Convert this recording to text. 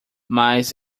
mas